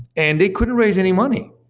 and they couldn't raise any money.